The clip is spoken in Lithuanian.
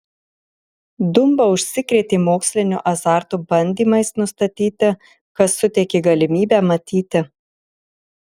dumba užsikrėtė moksliniu azartu bandymais nustatyti kas suteikė galimybę matyti